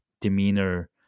demeanor